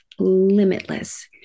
limitless